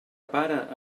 pare